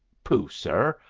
pooh, sir!